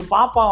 Papa